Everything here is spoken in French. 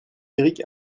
éric